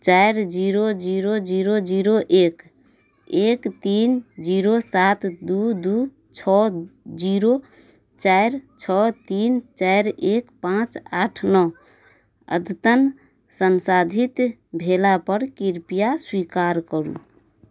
चारि zero zero zero zero एक एक तीन जीरो सात दुइ दुइ छओ जीरो चारि छओ तीन चारि एक पाँच आठ नओ अद्यतन सन्साधित भेलापर कृपया स्वीकार करू